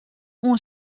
oan